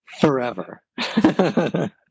forever